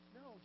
no